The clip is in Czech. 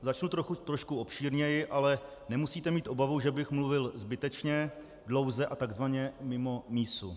Začnu trošku obšírněji, ale nemusíte mít obavu, že bych mluvil zbytečně, dlouze a tzv. mimo mísu.